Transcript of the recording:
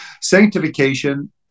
Sanctification